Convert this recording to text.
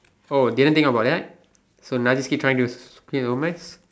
oh didn't think about that so now you just keep trying to clear your own mess